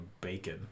bacon